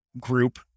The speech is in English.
group